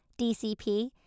DCP